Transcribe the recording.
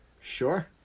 sure